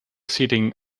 sitting